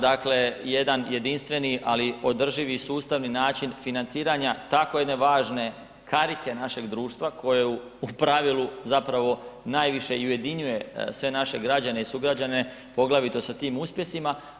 Dakle jedan jedinstveni ali održivi i sustavni način financiranja tako jedne važne karike našeg društva koju u pravilu zapravo najviše i ujedinjuje sve naše građane i sugrađane poglavito sa tim uspjesima.